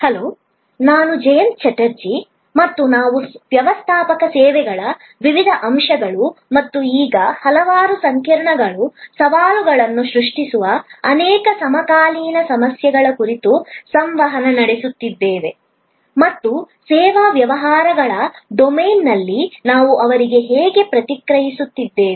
hello ನಾನು ಜಯಂತ ಚಟರ್ಜಿ ಮತ್ತು ನಾವು ವ್ಯವಸ್ಥಾಪಕ ಸೇವೆಗಳ ವಿವಿಧ ಅಂಶಗಳು ಮತ್ತು ಈಗ ಹಲವಾರು ಸಂಕೀರ್ಣತೆಗಳು ಸವಾಲುಗಳನ್ನು ಸೃಷ್ಟಿಸುವ ಅನೇಕ ಸಮಕಾಲೀನ ಸಮಸ್ಯೆಗಳ ಕುರಿತು ಸಂವಹನ ನಡೆಸುತ್ತಿದ್ದೇವೆ ಮತ್ತು ಸೇವಾ ವ್ಯವಹಾರಗಳ ಡೊಮೇನ್ನಲ್ಲಿ ನಾವು ಅವರಿಗೆ ಹೇಗೆ ಪ್ರತಿಕ್ರಿಯಿಸುತ್ತಿದ್ದೇವೆ